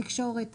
תקשורת,